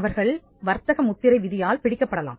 அவர்கள் வர்த்தக முத்திரை விதியால் பிடிக்கப் படலாம்